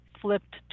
flipped